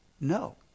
no